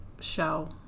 show